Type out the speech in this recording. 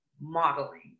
modeling